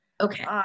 Okay